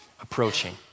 approaching